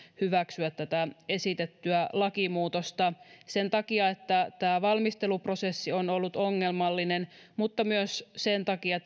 hyväksyä tätä esitettyä lakimuutosta sen takia että tämä valmisteluprosessi on ollut ongelmallinen mutta myös sen takia